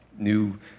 new